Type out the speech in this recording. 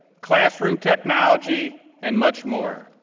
classroom technology, and much more.